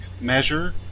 Measure